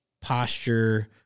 posture